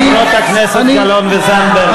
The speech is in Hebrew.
חברות הכנסת גלאון וזנדברג, תודה.